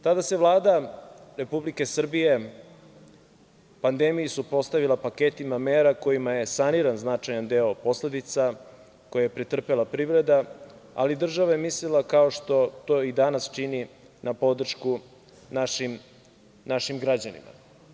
Tada se Vlada Republike Srbije pandemiji suprotstavila paketima mera kojima je saniran značajan deo posledica koje je pretrpela privreda, ali država je mislila, kao što to i danas čini, na podršku našim građanima.